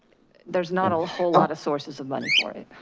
there's not a whole lot of sources of money for it.